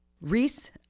Reese